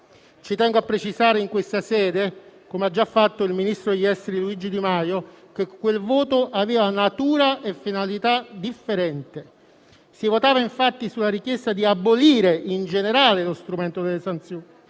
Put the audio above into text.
Tengo a precisare in questa sede, come ha già fatto il ministro degli affari esteri Luigi Di Maio, che quel voto aveva natura e finalità differenti. Si votava, infatti, sulla richiesta di abolire in generale lo strumento delle sanzioni